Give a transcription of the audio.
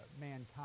mankind